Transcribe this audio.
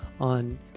on